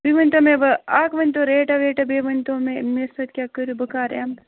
تُہۍ ؤنۍتو مےٚ وۅنۍ اکھ ؤنۍتو ریٚٹاہ ویٹاہ بیٚیہِ ؤنۍتو مےٚ مےٚ سۭتۍ کیٛاہ کٔرِو بہٕ کر یِمہٕ